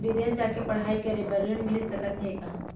बिदेस जाके पढ़ई करे बर ऋण मिलिस सकत हे का?